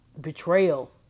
Betrayal